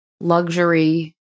luxury